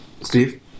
Steve